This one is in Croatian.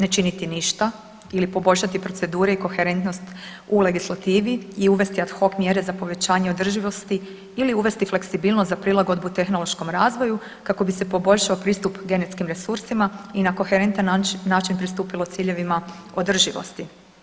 Ne činiti ništa ili poboljšati procedure i koherentnost u legislativi i uvesti ad hoc mjere za povećanje održivosti ili uvesti fleksibilnost za prilagodbu tehnološkom razvoju kako bi se poboljšao pristup genetskim resursima i na koherentan način pristupilo ciljevima održivosti.